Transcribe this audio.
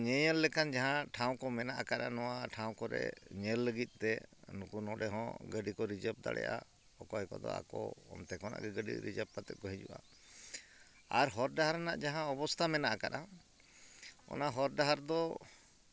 ᱧᱮᱧᱮᱞ ᱞᱮᱠᱟᱱ ᱡᱟᱦᱟᱸ ᱴᱷᱟᱶ ᱠᱚ ᱢᱮᱱᱟᱜ ᱠᱟᱜᱼᱟ ᱱᱚᱣᱟ ᱴᱷᱟᱶ ᱠᱚᱨᱮ ᱧᱮᱞ ᱞᱟᱹᱜᱤᱫ ᱛᱮ ᱱᱩᱠᱩ ᱱᱚᱰᱮ ᱦᱚᱸ ᱜᱟᱹᱰᱤ ᱠᱚ ᱨᱤᱡᱟᱵᱽ ᱫᱟᱲᱮᱭᱟᱜᱼᱟ ᱚᱠᱚᱭ ᱠᱚᱫᱚ ᱟᱠᱚ ᱚᱱᱛᱮ ᱠᱷᱚᱱᱟᱜ ᱜᱮ ᱜᱟᱹᱰᱤ ᱨᱤᱡᱟᱵᱽ ᱠᱟᱛᱮᱫ ᱠᱚ ᱦᱤᱡᱩᱜᱼᱟ ᱟᱨ ᱦᱚᱨ ᱰᱟᱦᱟᱨ ᱨᱮᱱᱟᱜ ᱡᱟᱦᱟᱸ ᱚᱵᱚᱥᱛᱟ ᱢᱮᱱᱟᱜ ᱠᱟᱜᱼᱟ ᱚᱱᱟ ᱦᱚᱨ ᱰᱟᱦᱟᱨ ᱫᱚ